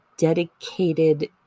dedicated